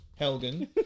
Helgen